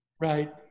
Right